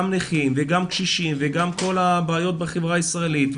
נכים וגם קשישים וגם כל הבעיות בחברה הישראלית,